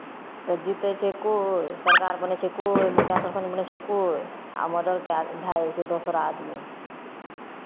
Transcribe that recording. तऽ जीतै छै कोइ सरकार बनै छै कोइ मुखिआ सरपञ्च बनै छै कोइ आ मर्डर कए भए जाइ छै दोसरा आदमी